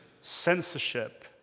censorship